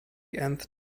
nth